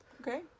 Okay